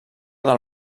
del